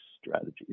strategies